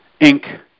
Inc